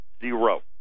zero